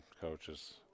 coaches